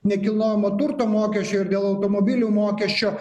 nekilnojamo turto mokesčio ir dėl automobilių mokesčio